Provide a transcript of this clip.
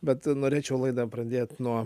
bet norėčiau laidą pradėt nuo